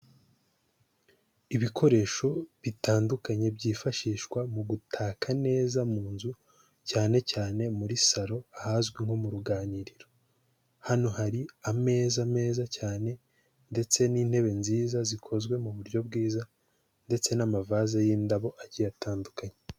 Ibikoresho bitandukanye byifashishwa mu gutaka neza mu nzu cyane cyane muri saro ahazwi nko mu ruganiriro, hano hari ameza meza cyane ndetse n'intebe nziza zikozwe mu buryo bwiza, ndetse n'amavaze y'indabo agiye atandukanye.